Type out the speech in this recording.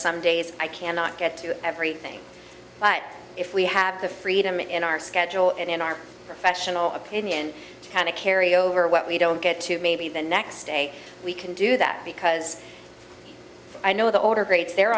some days i cannot get to everything but if we have the freedom in our schedule and in our professional opinion kind of carry over what we don't get to maybe the next day we can do that because i know the order grates the